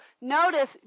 Notice